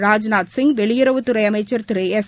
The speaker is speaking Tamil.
ராஜ்நாத் சிங் வெளியுறவுத்துறை அமைச்சர் திரு எஸ்